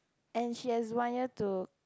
and she has one year to